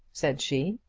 said she.